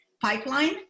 pipeline